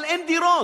אבל אין דירות.